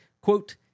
quote